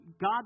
God